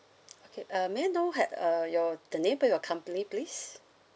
okay uh may I know had uh your the name of your company please